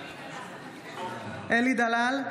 בעד אלי דלל,